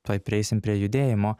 tuoj prieisim prie judėjimo